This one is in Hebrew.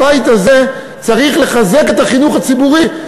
הבית הזה צריך לחזק את החינוך הציבורי,